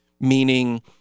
meaning